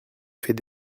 fais